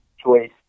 Choice